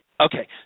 Okay